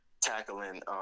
tackling